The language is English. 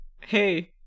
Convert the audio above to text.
hey